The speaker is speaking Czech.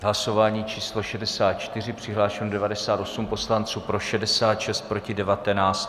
Hlasování číslo 64, přihlášeno 98 poslanců, pro 66, proti 19.